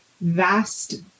vast